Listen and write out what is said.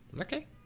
okay